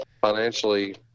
financially